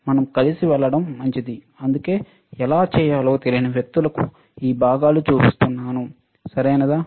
మనం కలిసి వెళ్లడం మంచిది అందుకే ఎలా చేయాలో తెలియని వ్యక్తులకు ఇ భాగాలు కనిపిస్తున్నాయి సరియైనదా